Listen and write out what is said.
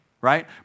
right